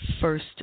first